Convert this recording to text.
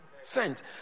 Sent